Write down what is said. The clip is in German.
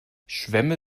schwämme